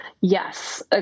Yes